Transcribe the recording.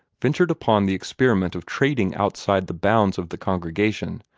ventured upon the experiment of trading outside the bounds of the congregation,